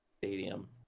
stadium